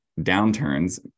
downturns